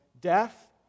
death